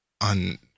on